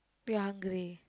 you're hungry